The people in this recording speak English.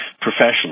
professionally